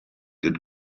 had